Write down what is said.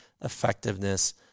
effectiveness